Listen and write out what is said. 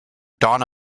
donna